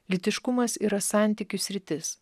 lytiškumas yra santykių sritis